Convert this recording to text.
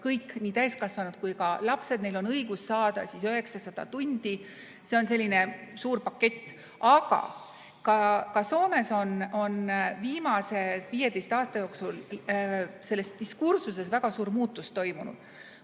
kõigil, nii täiskasvanutel kui ka lastel, on õigus saada 900 tundi. See on selline suur pakett. Aga ka Soomes on viimase 15 aasta jooksul selles diskursuses väga suur muutus toimunud.